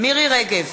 מירי רגב,